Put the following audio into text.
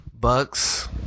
Bucks